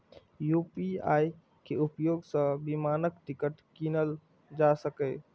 UPI के उपयोग सं विमानक टिकट कीनल जा सकैए